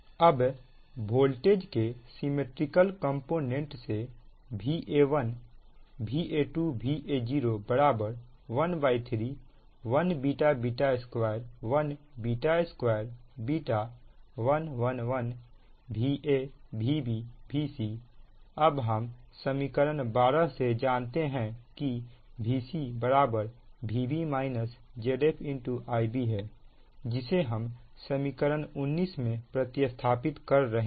अब वोल्टेज के symmetrical component से Va1 Va2 Va0 131 2 1 2 1 1 1 Va Vb Vc अब हम समीकरण 12 से जानते हैं की Vc बराबर Vb - Zf Ib है जिसे हम समीकरण 19 में प्रति स्थापित कर रहे हैं